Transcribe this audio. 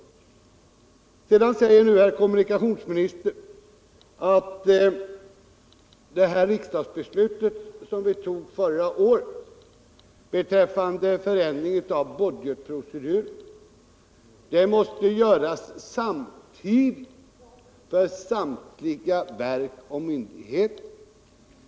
Sedan säger kommunikationsministern att det riksdagsbeslut som vi fattade förra året beträffande förändring av budgetproceduren måste genomföras samtidigt för samtliga verk och myndigheter.